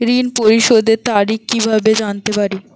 ঋণ পরিশোধের তারিখ কিভাবে জানতে পারি?